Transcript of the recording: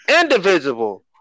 indivisible